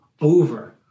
over